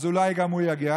אז אולי גם הוא יגיע.